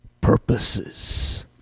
purposes